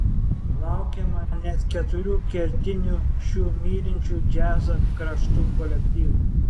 laukiama net keturių kertinių šių mylinčių džiazą kraštų kolektyvų